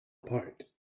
apart